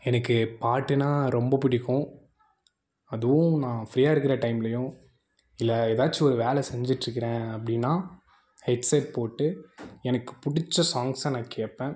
எனக்கு பாட்டுனால் ரொம்ப பிடிக்கும் அதுவும் நான் ஃபிரீயாக இருக்கிற டைம்லேயும் இல்லை ஏதாச்சும் ஒரு வேலை செஞ்சுட்ருக்குறேன் அப்படின்னா ஹெட்செட் போட்டு எனக்கு பிடிச்ச சாங்சை நான் கேட்பேன்